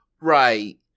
Right